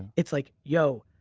it's like yo,